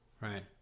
right